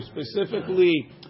specifically